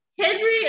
Henry